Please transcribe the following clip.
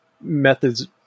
methods